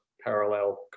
parallel